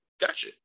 gotcha